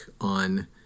on